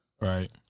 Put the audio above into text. Right